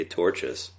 torches